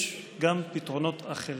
יש גם פתרונות אחרים.